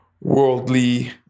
worldly